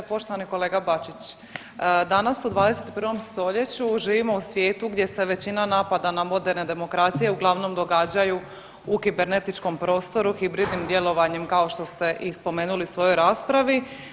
Poštovani kolega Bačić, danas u 21. stoljeću živimo u svijetu gdje se većina napada na moderne demokracije uglavnom događaju u kibernetičkom prostoru hibridnim djelovanjem kao što ste i spomenuli u svojoj raspravi.